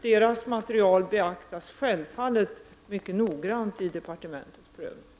Deras material beaktas självfallet mycket noggrant vid departementets prövning.